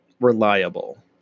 reliable